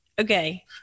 Okay